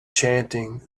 chanting